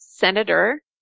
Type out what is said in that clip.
Senator